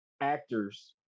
actors